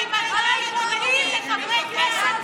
ממתי בודקים לחברי כנסת תיקים?